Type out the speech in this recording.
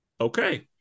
okay